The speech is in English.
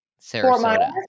Sarasota